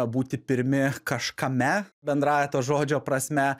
būti pirmi kažkame bendrąja to žodžio prasme